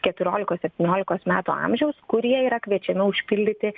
keturiolikos septyniolikos metų amžiaus kurie yra kviečiami užpildyti